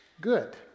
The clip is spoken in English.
good